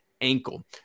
ankle